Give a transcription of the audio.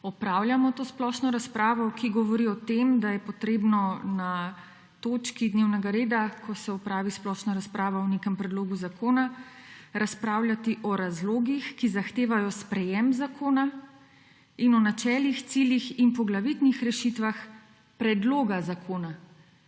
opravljamo to splošno razpravo, ki govori o tem, da je potrebno na točki dnevnega reda, ko se opravi splošna razprava o nekem predlogu zakona, razpravljati o razlogih, ki zahtevajo sprejem zakona, in o načelih, ciljih in poglavitnih rešitvah predloga zakona.